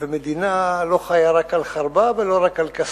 שמדינה לא חיה רק על חרבה ולא רק על כספה.